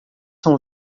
são